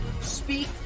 speak